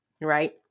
right